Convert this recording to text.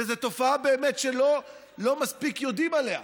זו תופעה באמת שלא מספיק יודעים עליה,